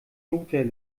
notwehr